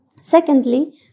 Secondly